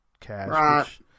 cash